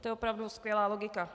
To je opravdu skvělá logika.